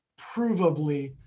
provably